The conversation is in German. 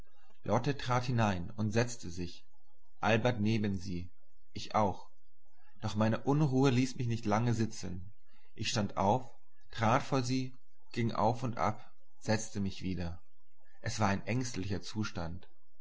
lotte trat hinein und setzte sich albert neben sie ich auch doch meine unruhe ließ mich nicht lange sitzen ich stand auf trat vor sie ging auf und ab setzte mich wieder es war ein ängstlicher zustand